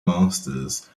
masters